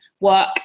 work